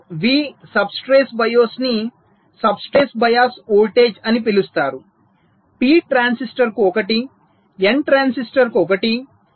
మీరు V substrate bias ని substrate bias voltage అని పిలుస్తారు పి ట్రాన్సిస్టర్కు ఒకటి ఎన్ ట్రాన్సిస్టర్కు ఒకటి